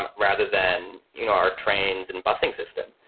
um rather than you know our trains and busting system.